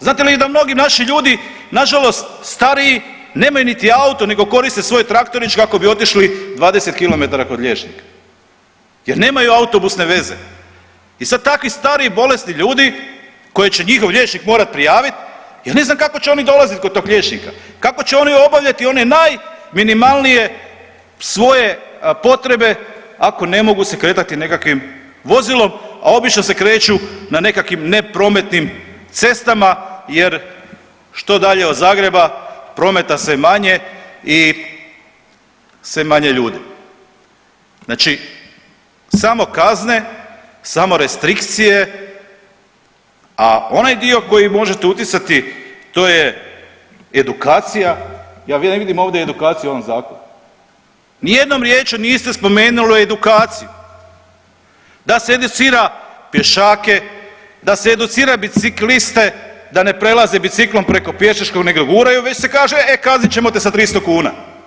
Znate li i da mnogi naši ljudi nažalost stariji nemaju niti auto nego koriste svoj traktorić kako bi otišli 20 km kod liječnika jer nemaju autobusne veze i sad takvi stari i bolesni ljudi koje će njihov liječnik morat prijavit, ja ne znam kako će oni dolazit kod tog liječnika, kako će oni obavljati one najminimalnije svoje potrebe ako ne mogu se kretati nekakvim vozilom, a obično se kreću na nekakvim ne prometnim cestama jer što dalje od Zagreba prometa sve manje i sve manje ljudi, znači samo kazne, samo restrikcije, a onaj dio koji možete utjecati to je edukacija, ja ne vidim ovdje edukaciju u ovom zakonu, nijednom riječju niste spomenuli edukaciju, da se educira pješake, da se educira bicikliste da ne prelaze biciklom preko pješačkog nego guraju već se kaže e kaznit ćemo te sa 300 kuna.